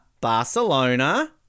Barcelona